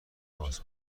باز